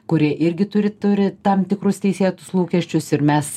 kurie irgi turi turi tam tikrus teisėtus lūkesčius ir mes